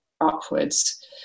upwards